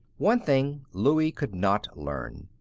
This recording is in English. one thing louie could not learn.